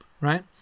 right